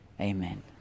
Amen